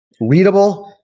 readable